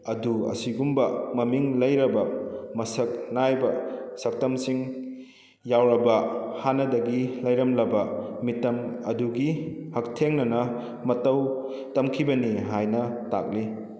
ꯑꯗꯨ ꯑꯁꯤꯒꯨꯝꯕ ꯃꯃꯤꯡ ꯂꯩꯔꯕ ꯃꯁꯛ ꯅꯥꯏꯕ ꯁꯛꯇꯝꯁꯤꯡ ꯌꯥꯎꯔꯕ ꯍꯥꯟꯅꯗꯒꯤ ꯂꯩꯔꯝꯂꯕ ꯃꯤꯇꯝ ꯑꯗꯨꯒꯤ ꯍꯛꯊꯦꯡꯅꯅ ꯃꯇꯧ ꯇꯝꯈꯤꯕꯅꯤ ꯍꯥꯏꯅ ꯇꯥꯛꯂꯤ